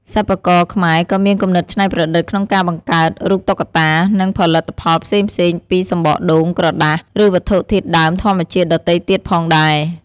សិប្បករខ្មែរក៏មានគំនិតច្នៃប្រឌិតក្នុងការបង្កើត រូបតុក្កតា និងផលិតផលផ្សេងៗពី សំបកដូង ក្រដាស ឬវត្ថុធាតុដើមធម្មជាតិដទៃទៀតផងដែរ។